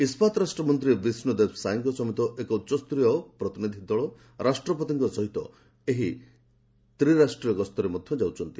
ଇସ୍କାତ୍ ରାଷ୍ଟ୍ରମନ୍ତ୍ରୀ ବିଷ୍ଣୁଦେବ ସାଏଙ୍କ ସମେତ ଏକ ଉଚ୍ଚସ୍ତରୀୟ ପରିନିଧି ଦଳ ରାଷ୍ଟ୍ରପତିଙ୍କ ସହ ଏହି ତିନି ଦେଶୀୟ ଗସ୍ତରେ ଯାଉଛନ୍ତି